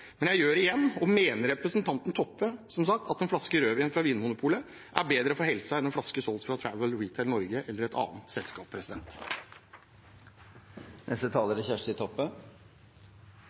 men jeg gjør det igjen: Mener representanten Toppe at en flaske rødvin fra Vinmonopolet er bedre for helsen enn en flaske solgt av Travel Retail Norway eller et annet selskap? Vinmonopolet har ei viktig samfunnsrolle i Noreg. Det er